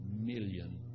million